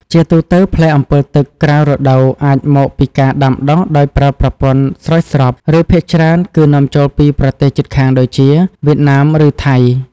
ជាទូទៅ ផ្លែអម្ពិលទឹកក្រៅរដូវអាចមកពីការដាំដុះដោយប្រើប្រព័ន្ធស្រោចស្រព ឬភាគច្រើនគឺនាំចូលពីប្រទេសជិតខាងដូចជា វៀតណាម ឬថៃ។